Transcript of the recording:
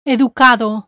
Educado